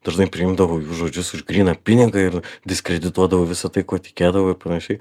dažnai priimdavau jų žodžius už gryną pinigą ir diskredituodavau visa tai kuo tikėdavau ir panašiai